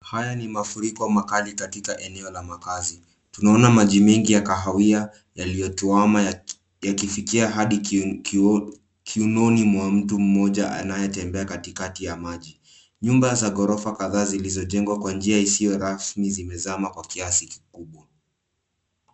Haya ni mafuriko makali katika eneo la makazi. Tunaona maji mingi ya kahawia yaliyotuama, yakifikia hadi kiunoni mwa mtu mmoja anayetembea katikati ya maji. Nyumba za ghorofa kadhaa zilizojengwa kwa njia isiyo rasmi zimezama kwa kiasi kikubwa.